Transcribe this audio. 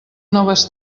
noves